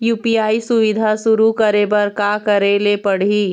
UPI सुविधा शुरू करे बर का करे ले पड़ही?